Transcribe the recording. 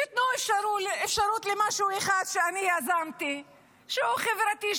תנו אפשרות למשהו אחד שאני יזמתי שהוא חברתי,